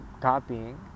copying